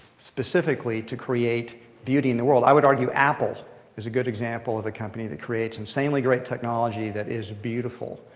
specifically, to create beauty in the world. i would argue apple is a good example of a company that creates insanely great technology that is beautiful.